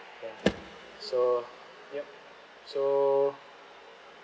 ya so yup so